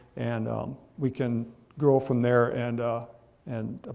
and we can grow from there and ah and